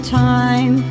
time